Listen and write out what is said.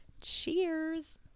Cheers